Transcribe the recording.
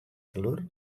telur